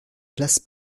place